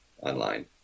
online